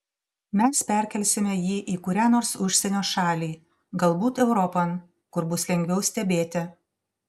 mes perkelsime jį į kurią nors užsienio šalį galbūt europon kur bus lengviau stebėti